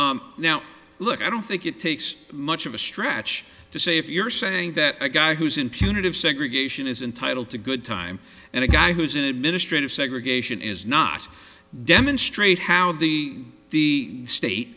guy now look i don't think it takes much of a stretch to say if you're saying that a guy who's in punitive segregation is entitled to good time and a guy who's in administrative segregation is not demonstrate how the state